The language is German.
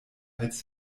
als